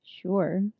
Sure